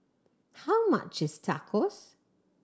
how much is Tacos